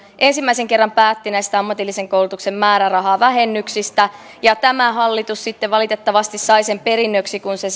ensimmäisen kerran päätti näistä ammatillisen koulutuksen määrärahavähennyksistä ja tämä hallitus sitten valitettavasti sai sen perinnöksi kun se